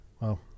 Wow